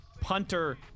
punter